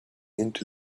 into